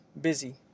busy